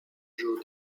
jour